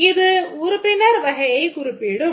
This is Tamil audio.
இது உறுப்பினர் வகையை குறிப்பிடும்